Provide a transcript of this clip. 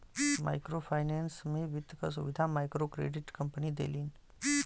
micro finance में वित्त क सुविधा मइक्रोक्रेडिट कम्पनी देलिन